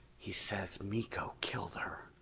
he says miko killed her.